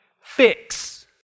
Fix